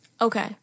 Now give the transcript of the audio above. Okay